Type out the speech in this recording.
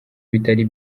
bitari